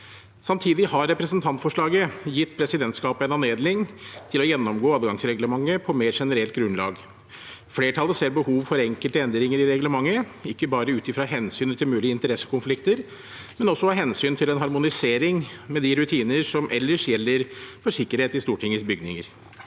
Samtidig har representantforslaget gitt presidentskapet en anledning til å gjennomgå adgangsreglementet på mer generelt grunnlag. Flertallet ser behov for enkelte endringer i reglementet, ikke bare ut ifra hensynet til mulige interessekonflikter, men også av hensyn til en harmonisering med de rutiner som ellers gjelder for sikkerhet i Stortingets bygninger.